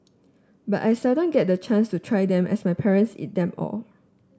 but I seldom get the chance to try them as my parents eat them all